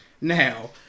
Now